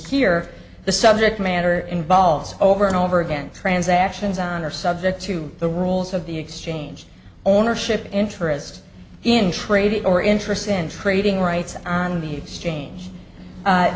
here the subject matter involves over and over again transactions on are subject to the rules of the exchange ownership interest in trade or interest in trading rights on the exchange